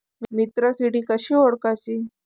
मित्र किडी कशी ओळखाची?